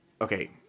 Okay